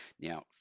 Now